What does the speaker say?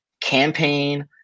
campaign